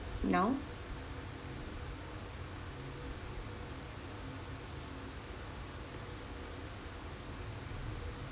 now